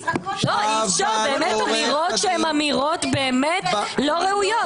נזרקות פה אמירות --- אמירות שהן באמת אמירות לא ראויות,